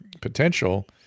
potential